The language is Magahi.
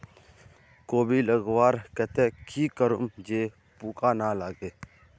कोबी लगवार केते की करूम जे पूका ना लागे?